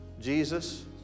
Jesus